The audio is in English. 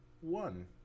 one